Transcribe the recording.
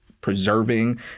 preserving